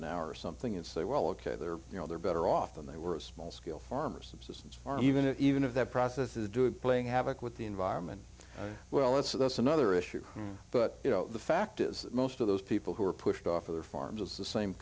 an hour or something and say well ok they're you know they're better off than they were a small scale farmers obsessives farm even if even if that process is doing playing havoc with the environment well that's that's another issue but you know the fact is that most of those people who are pushed off of their farms is the same